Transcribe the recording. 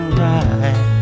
right